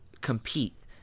compete